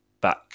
back